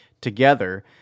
together